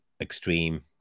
extreme